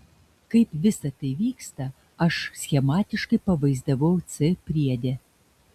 kaip visa tai vyksta aš schematiškai pavaizdavau c priede